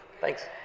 Thanks